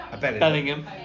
Bellingham